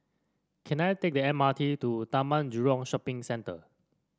can I take the M R T to Taman Jurong Shopping Centre